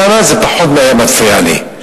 שם זה פחות היה מפריע לי,